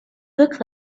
look